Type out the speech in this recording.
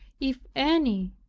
if any,